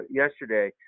yesterday